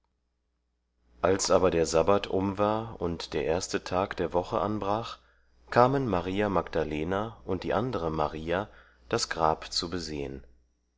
als aber der sabbat um war und der erste tag der woche anbrach kam maria magdalena und die andere maria das grab zu besehen